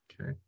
Okay